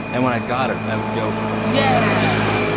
and when i got it, i would go, yeah.